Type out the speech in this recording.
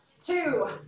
two